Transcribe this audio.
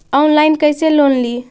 Online कैसे loan ली?